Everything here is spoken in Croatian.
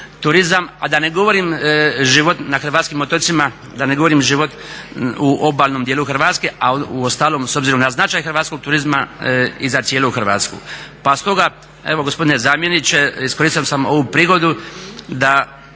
turizam, a da ne govorim život na hrvatskim otocima, da ne govorim život u obalnom dijelu Hrvatske, a u ostalom s obzirom na značaj hrvatskog turizma i za cijelu Hrvatsku. Pa stoga, evo gospodine zamjeniče iskoristio sam ovu prigodu da